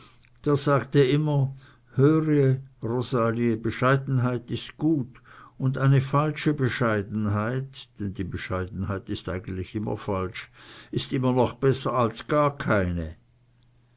der sagte immer höre rosalie bescheidenheit ist gut und eine falsche bescheidenheit denn die bescheidenheit ist eigentlich immer falsch ist immer noch besser als gar keine